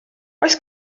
oes